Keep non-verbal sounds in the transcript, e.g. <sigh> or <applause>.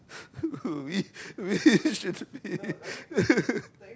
<laughs> we we should be <laughs>